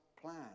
plan